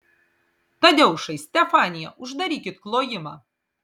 tadeušai stefanija uždarykit klojimą